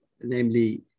Namely